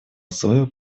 условия